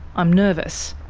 i'm nervous.